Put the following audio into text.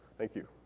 thank you.